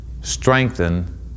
strengthen